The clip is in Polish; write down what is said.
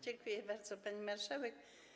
Dziękuję bardzo, pani marszałek.